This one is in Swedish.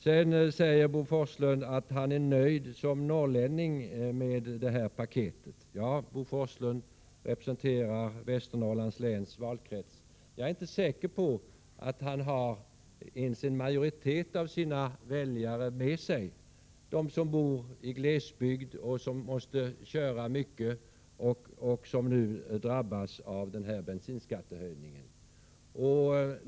Sedan säger Bo Forslund att han som norrlänning är nöjd med det här paketet. Bo Forslund representerar Västernorrlands läns valkrets. Jag är inte säker på att han har ens en majoritet av sina väljare med sig, de som bor i glesbygd och måste köra mycket och som nu drabbas av den här bensinskattehöjningen.